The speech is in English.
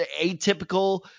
atypical